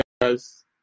guys